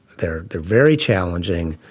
they're they're very challenging.